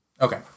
Okay